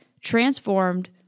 transformed